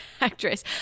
actress